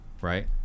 right